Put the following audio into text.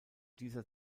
dieser